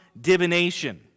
divination